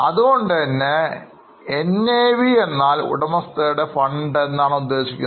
അതുകൊണ്ടുതന്നെ NAV എന്നാൽ ഉടമസ്ഥരുടെ ഫണ്ട് എന്നാണ് ഉദ്ദേശിക്കുന്നത്